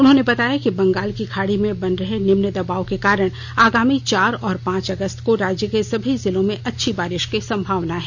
उन्होंने बताया कि बंगाल की खाड़ी में बन रहे निम्न दबाव के कारण आगामी चार और पांच अगस्त को राज्य के समी जिलों में अच्छी बारिश की संभावना है